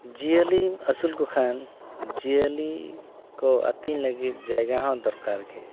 ᱡᱤᱭᱟᱹᱞᱤᱢ ᱟᱥᱩᱞ ᱠᱚᱠᱷᱟᱱ ᱡᱤᱭᱟᱹᱞᱤ ᱠᱚ ᱟᱛᱤᱧ ᱞᱟᱹᱜᱤᱫ ᱡᱟᱭᱜᱟ ᱦᱚᱸ ᱫᱚᱨᱠᱟᱨᱜᱮ